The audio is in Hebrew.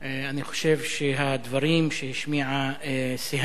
אני חושב שהדברים שהשמיעה סיהאם